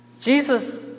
Jesus